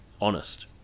honest